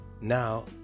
Now